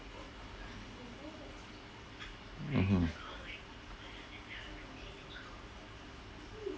mmhmm